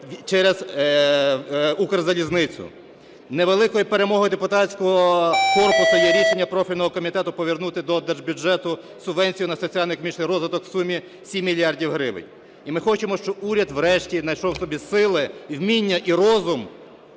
через Укрзалізницю. Невеликою перемогою депутатського корпусу є рішення профільного комітету повернути до держбюджету субвенцію на соціально-економічний розвиток у сумі 7 мільярдів гривень. І ми хочемо, що уряд врешті найшов в собі сили, вміння і розум